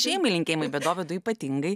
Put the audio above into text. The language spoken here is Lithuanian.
šeimai linkėjimai bet dovydui ypatingai